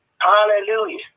Hallelujah